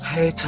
Hey